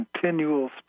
continual